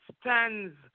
stands